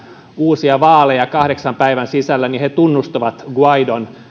uusia vaaleja kahdeksan päivän sisällä niin he tunnustavat guaidon